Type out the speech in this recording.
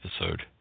episode